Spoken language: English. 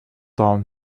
town